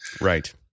Right